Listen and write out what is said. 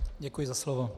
Děkuji za slovo.